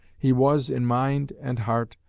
he was, in mind and heart,